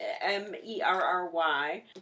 M-E-R-R-Y